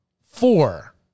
Four